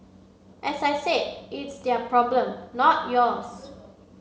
as I said it's their problem not yours